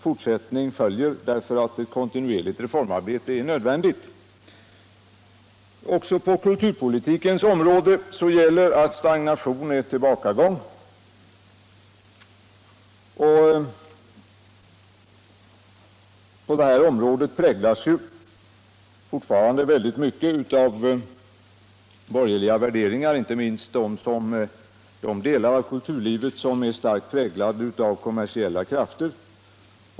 Fortsättning följer, därför att ett kontinuerligt reformarbete är nödvändigt. Också på detta område gäller att stagnation är tillbakagång. Kulturlivet i detta land kännetecknas fortfarande mycket av borgerliga värderingar, inte minst de delar av kutlurlivet som är starkt präglade av kommersiella krafter.